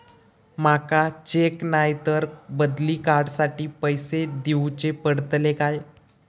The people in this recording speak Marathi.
माका चेक नाय तर बदली कार्ड साठी पैसे दीवचे पडतले काय?